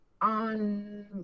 on